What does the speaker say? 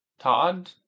Todd